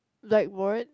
like what